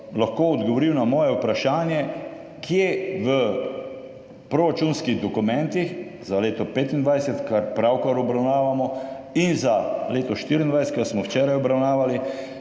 lahko odgovoril na moje vprašanje, kje v proračunskih dokumentih za leto 2025, kar pravkar obravnavamo, in za leto 2024, kar smo včeraj obravnavali,